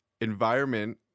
environment